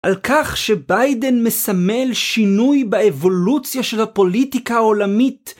על כך שביידן מסמל שינוי באבולוציה של הפוליטיקה העולמית.